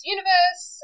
Universe